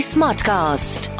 Smartcast